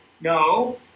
no